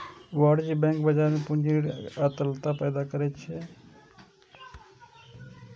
वाणिज्यिक बैंक बाजार मे पूंजी, ऋण आ तरलता पैदा करै छै